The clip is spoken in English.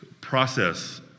process